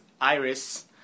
Iris